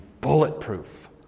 bulletproof